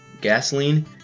gasoline